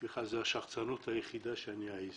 זו השחצנות היחידה שאני מעז